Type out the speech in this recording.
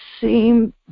seem